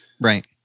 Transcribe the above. Right